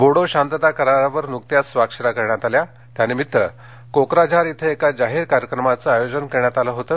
बोडो शांतता करारावर नुकत्याच स्वाक्षऱ्या करण्यात आल्या त्यानिमित्त कोक्राझार इथे एका जाहीर कार्यक्रमाचं आयोजन करण्यात आलं होतं